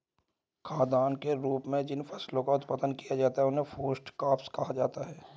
खाद्यान्न के रूप में जिन फसलों का उत्पादन किया जाता है उन्हें फूड क्रॉप्स कहा जाता है